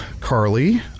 Carly